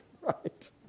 right